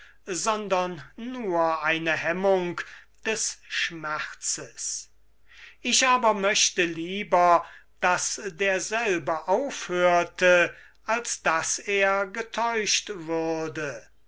sondern eine hemmung des schmerzes ich aber möchte lieber daß derselbe aufhörte als daß er getäuscht würde